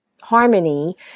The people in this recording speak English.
harmony